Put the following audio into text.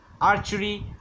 archery